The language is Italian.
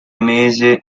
mese